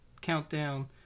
countdown